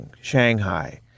Shanghai